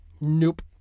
Nope